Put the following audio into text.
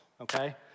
okay